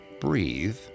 breathe